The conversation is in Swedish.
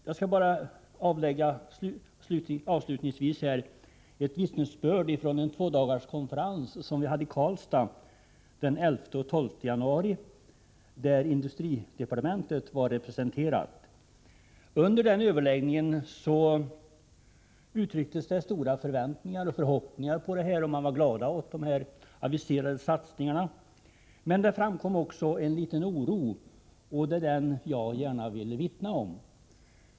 Jag skall avslutningsvis avlägga ett vittnesbörd från en tvådagarskonferens i Karlstad den 11 och 12 januari, där industridepartementet var representerat. Under överläggningen uttrycktes stora förhoppningar och förväntningar på och man var glad över de aviserade satsningarna. Men det framkom också en viss oro, och det är den som jag ville vittna om.